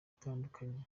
itandukanye